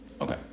Okay